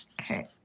okay